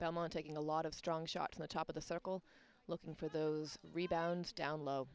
belmont taking a lot of strong shots in the top of the circle looking for those rebounds down low